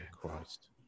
Christ